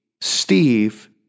Steve